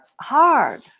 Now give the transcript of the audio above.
hard